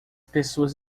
pessoas